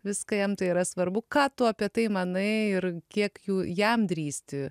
viską jam tai yra svarbu ką tu apie tai manai ir kiek jų jam drįsti